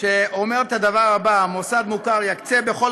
ואומרת את הדבר הבא: מוסד מוכר יקצה בכל